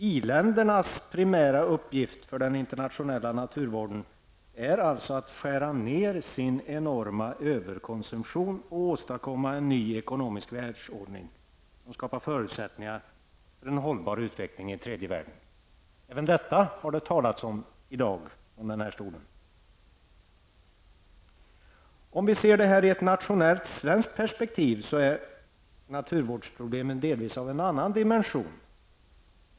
I-ländernas primära uppgift för den internationella naturvården är alltså att skära ned sin enorma överkonsumtion och åstadkomma en ny ekonomisk världsordning som skapar förutsättningar för en hållbar utveckling i tredje världen. Även detta har det talats om i dag från den här talarstolen. Om vi ser det hela i ett nationellt svenskt perspektiv är naturvårdsproblemet delvis av en annan dimension.